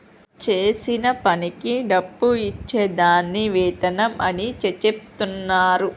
చేసిన పనికి డబ్బు ఇచ్చే దాన్ని వేతనం అని చెచెప్తున్నరు